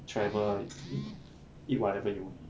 travel ah eat whatever you